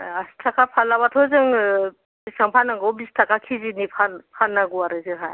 आसिथाखा फारलाबाथ' जोङो बिसिबां फाननांगौ बिस थाखा केजि नि फाननांगौ आरो जोंहा